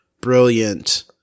Brilliant